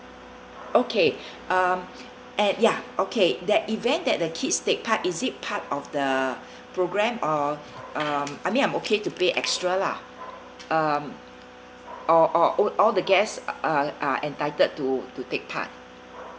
okay um at ya okay that event that the kids take part is it part of the program or um I mean I'm okay to pay extra lah um or or all all the guests are are entitled to to take part